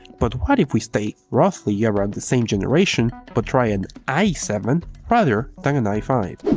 but what if we stay roughly yeah around the same generation but try an i seven rather than an i five?